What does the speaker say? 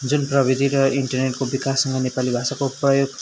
जुन प्रविधि र इन्टरनेटको विकाससँग नेपाली भाषाको प्रयोग